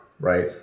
Right